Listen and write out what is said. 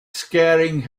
scaring